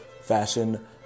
fashion